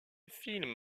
film